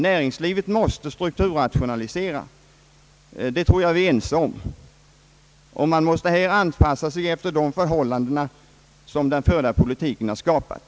Näringslivet måste strukturrationalisera — det tror jag vi är ense om. Näringslivet måste anpassa sig efter de förhållanden som den förda politiken har skapat.